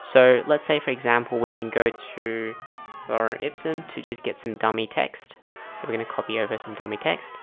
so let's say for example, we can go to or if scim to just get some dummy text so we're going to copy over some dummy text